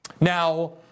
Now